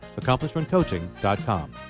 AccomplishmentCoaching.com